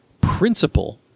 principle